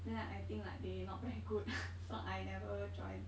then I think like they not very good so I never join